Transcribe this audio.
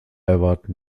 erwarten